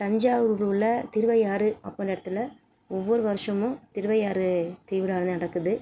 தஞ்சாவூரில் உள்ள திருவையாறு அப்பிடின்னு இடத்துல ஒவ்வொரு வருஷமும் திருவையாறு திருவிழா வந்து நடக்குது